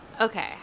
Okay